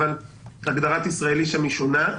אבל הגדרת "ישראלי" שם היא שונה,